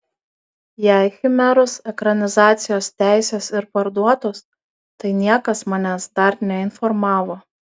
jei chimeros ekranizacijos teisės ir parduotos tai niekas manęs dar neinformavo